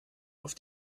auf